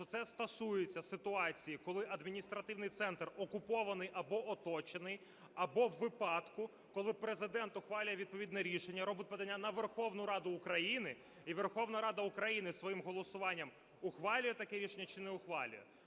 що це стосується ситуації, коли адміністративний центр окупований або оточений, або у випадку, коли Президент ухвалює відповідне рішення, робить подання на Верховну Раду України, і Верховна Рада України своїм голосуванням ухвалює таке рішення чи не ухвалює.